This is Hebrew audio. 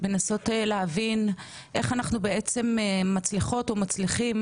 לנסות להבין איך אנחנו בעצם מצליחות ומצליחים,